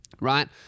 right